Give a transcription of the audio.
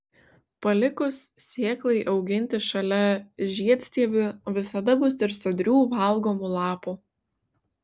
palikus sėklai auginti šalia žiedstiebių visada bus ir sodrių valgomų lapų